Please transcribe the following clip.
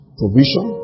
provision